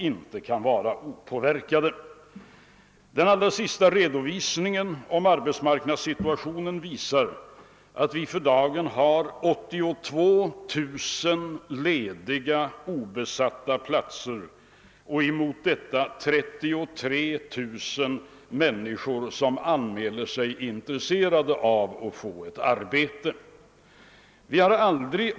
Den senaste redovisningen av arbetsmarknadssituationen anger att vi har 82 000 lediga obesatta platser i landet, medan 33 000 människor har anmält sig intresserade av att få ett arbete.